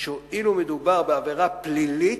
שהואיל ומדובר בעבירה פלילית,